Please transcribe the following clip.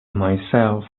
myself